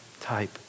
type